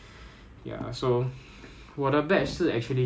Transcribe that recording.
不是 originally 他的 first intake I think 是 May ah